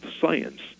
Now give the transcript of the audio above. science